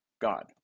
God